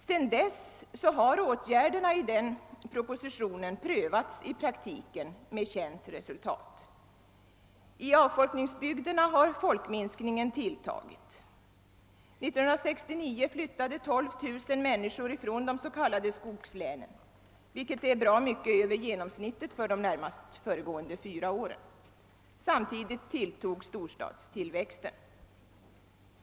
Sedan dess har åtgärderna i den propositionen prövats i praktiken med känt resultat. I avfolkningsbygderna har folkminskningen tilltagit. År 1969 flyttade 12000 människor från de s.k. skogslänen, vilket är bra mycket över genomsnittet för de närmast föregående fyra åren. Samtidigt tilltog storstads tillväxten.